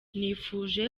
nifuje